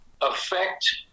affect